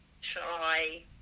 shy